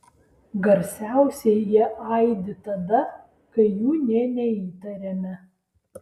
garsiausiai jie aidi tada kai jų nė neįtariame